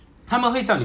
ya